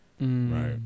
right